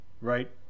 right